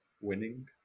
winning